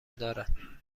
دارد